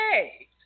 okay